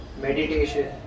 meditation